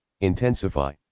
Intensify